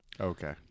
Okay